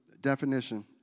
definition